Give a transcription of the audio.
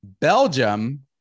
Belgium